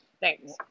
Thanks